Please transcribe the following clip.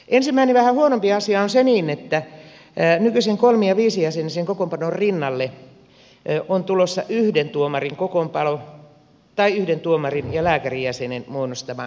ensimmäinen vähän huonompi asia on se että nykyisen kolmi ja viisijäsenisen kokoonpanon rinnalle on tulossa yhden tuomarin kokoonpano tai yhden tuomarin ja lääkärijäsenen muodostama kokoonpano